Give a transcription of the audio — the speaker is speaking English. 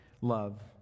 love